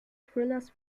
thrillers